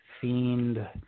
Fiend